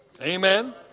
Amen